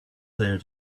there